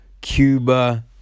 Cuba